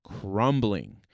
crumbling